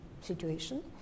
situation